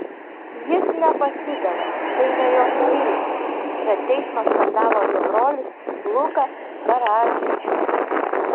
jis nepasidavė tai ne jo stilius prie teismo skandavo jo brolis luka karadžičius